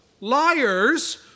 liars